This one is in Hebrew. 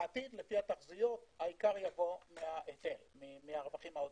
בעתיד, לפי התחזיות, העיקר יבוא מהרווחים העודפים.